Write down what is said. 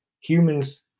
Humans